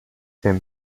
him